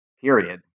period